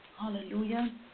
Hallelujah